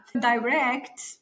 direct